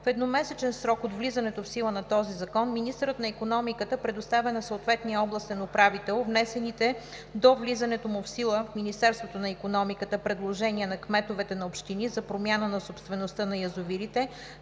В едномесечен срок от влизането в сила на този закон министърът на икономиката предоставя на съответния областен управител внесените до влизането му в сила в Министерството на икономиката предложения на кметовете на общини за промяна на собствеността на язовирите